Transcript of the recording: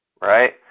right